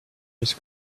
his